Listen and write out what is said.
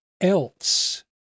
else